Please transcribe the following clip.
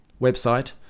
website